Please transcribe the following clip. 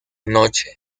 noche